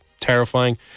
terrifying